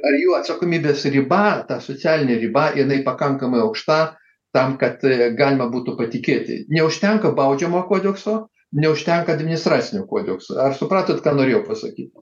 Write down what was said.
ar jų atsakomybės riba ta socialinė riba jinai pakankamai aukšta tam kad galima būtų patikėti neužtenka baudžiamo kodekso neužtenka administracinio kodekso ar supratot ką norėjau pasakyt